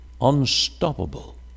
unstoppable